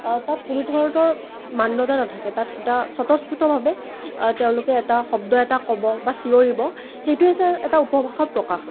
তাত কোনো ধৰণৰ মান্যতা নাথাকে তাত এটা স্বতঃস্ফূৰ্তভাৱে তেওঁলোকে এটা শন্দ এটা ক'ব বা চিঞৰিব সেইটো হৈছে এটা উপভাষাৰ প্ৰকাশ